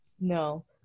No